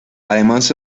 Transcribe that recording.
además